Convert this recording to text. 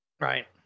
Right